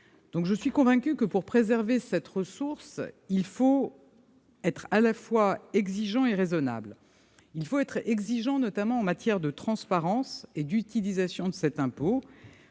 Je suis convaincue que, pour préserver cette ressource, il faut être à la fois exigeant et raisonnable. Il faut être exigeant, notamment, en matière de transparence et d'utilisation de cet impôt.